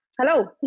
Hello